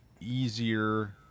easier